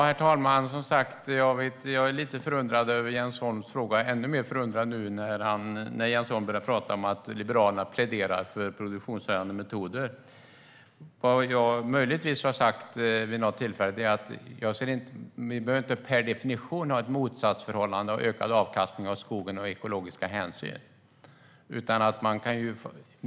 Herr talman! Jag är lite förundrad över Jens Holms fråga, och jag blir ännu mer förundrad när han nu talar om att Liberalerna pläderar för produktionshöjande metoder. Vad jag möjligtvis har sagt vid något tillfälle är att vi inte per definition behöver ha ett motsatsförhållande mellan ökad avkastning av skogen och ekologiska hänsyn.